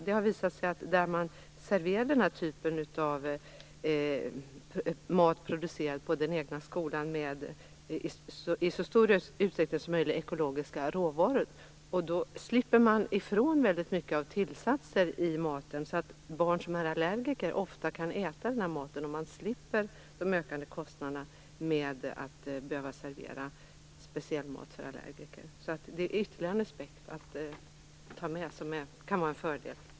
Det har visat sig att där man serverar den här typen av mat producerad på den egna skolan med i så stor utsträckning som möjligt ekologiska råvaror, slipper man ifrån tillsatser i maten. Det innebär att barn som är allergiker ofta kan äta maten, och man slipper kostnaderna med att servera speciell mat för allergiker. Det är ytterligare en aspekt att ta med som kan vara en fördel.